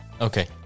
Okay